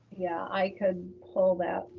yeah, i could pull that,